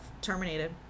terminated